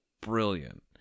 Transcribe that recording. brilliant